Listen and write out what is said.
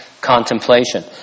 contemplation